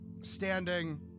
standing